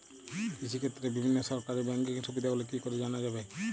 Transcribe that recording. কৃষিক্ষেত্রে বিভিন্ন সরকারি ব্যকিং সুবিধাগুলি কি করে জানা যাবে?